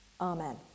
Amen